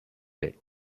day